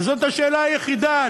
וזאת השאלה היחידה.